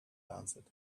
answered